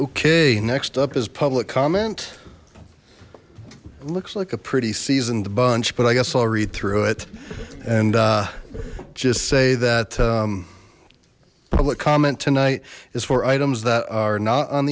okay next up is public comment it looks like a pretty seasoned bunch but i guess i'll read through it and just say that public comment tonight is four items that are not on